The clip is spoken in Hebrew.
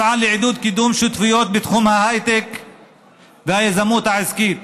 אפעל לעידוד וקידום שותפויות בתחום ההייטק והיזמות העסקית,